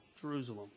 Jerusalem